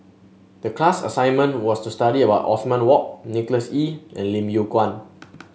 the class assignment was to study about Othman Wok Nicholas Ee and Lim Yew Kuan